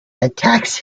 attacks